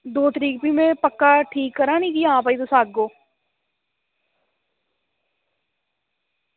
ते दौ तरीक भी में पक्का करां ना की तुस पक्का आह्गो